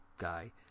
guy